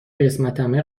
قسمتمه